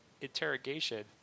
interrogation